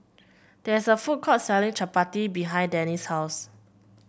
there is a food court selling Chapati behind Dannie's house